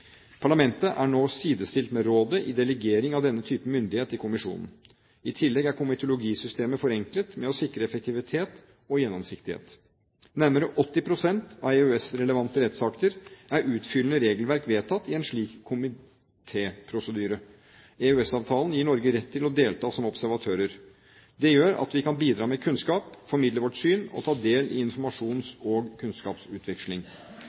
Parlamentet er nå sidestilt med rådet i delegering av denne type myndighet til kommisjonen. I tillegg er komitologisystemet forenklet for å sikre effektivitet og gjennomsiktighet. Nærmere 80 pst. av EØS-relevante rettsakter er utfyllende regelverk vedtatt i en slik komitéprosedyre. EØS-avtalen gir Norge rett til å delta som observatør. Det gjør at vi kan bidra med kunnskap, formidle vårt syn og ta del